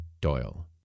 Doyle